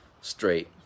straight